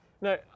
no